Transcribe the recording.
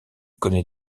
connaît